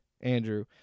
Andrew